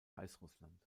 weißrussland